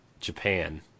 Japan